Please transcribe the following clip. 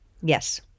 Yes